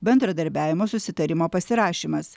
bendradarbiavimo susitarimo pasirašymas